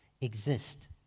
exist